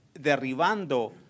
derribando